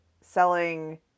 selling